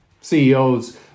CEOs